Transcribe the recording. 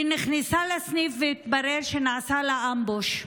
היא נכנסה לסניף, והתברר שנעשה לה אמבוש,